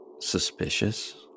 suspicious